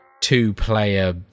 two-player